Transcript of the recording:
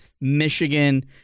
Michigan